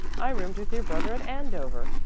i roomed with your brother at andover.